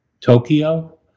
Tokyo